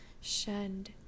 shed